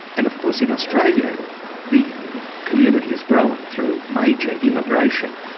and of course in australia the community has grown through major immigration.